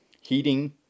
Heating